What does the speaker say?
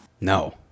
No